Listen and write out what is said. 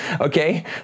Okay